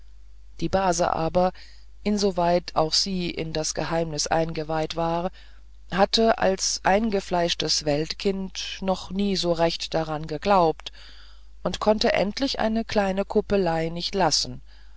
die base aber insoweit auch sie in das geheimnis eingeweiht war hatte als eingefleischtes weltkind noch nie so recht daran geglaubt und konnte endlich eine kleine kuppelei nicht lassen